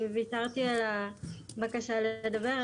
ויתרתי על הבקשה לדבר.